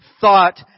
thought